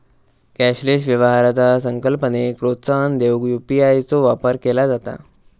cashless व्यवहाराचा संकल्पनेक प्रोत्साहन देऊक यू.पी.आय चो वापर केला जाता